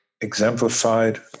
exemplified